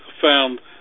found